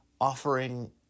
offering